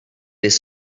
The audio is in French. les